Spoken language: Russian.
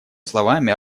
словами